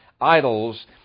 idols